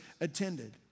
attended